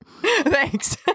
thanks